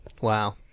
Wow